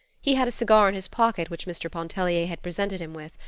he had a cigar in his pocket which mr. pontellier had presented him with,